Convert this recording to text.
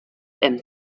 and